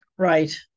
Right